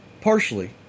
Partially